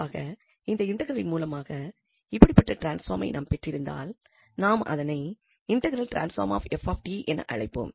பொதுவாக இந்த இண்டெக்ரலின் மூலமாக இப்படிப்பட்ட டிரான்ஸ்பாமை நாம் பெற்றிருந்தால் நாம் அதனை இண்டெக்ரல் டிரான்ஸ்பாம் ஆஃப் என அழைப்போம்